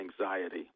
anxiety